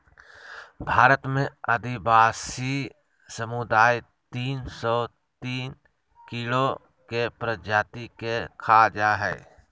भारत में आदिवासी समुदाय तिन सो तिन कीड़ों के प्रजाति के खा जा हइ